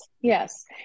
Yes